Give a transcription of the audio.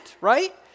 right